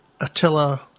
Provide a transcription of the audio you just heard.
Attila